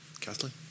Kathleen